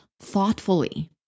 thoughtfully